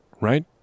right